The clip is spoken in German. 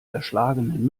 erschlagenen